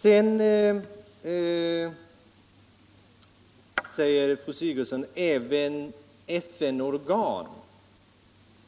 Sedan säger fru Sigurdsen: Även FN-organ